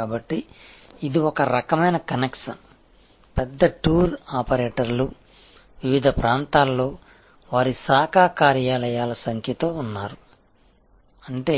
కాబట్టి ఇది ఒక రకమైన కనెక్షన్ పెద్ద టూర్ ఆపరేటర్లు వివిధ ప్రాంతాల్లో వారి శాఖ కార్యాలయాల సంఖ్యతో ఉన్నారు అంటే